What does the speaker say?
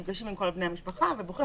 נפגשים עם כל בני המשפחה ובוחרים.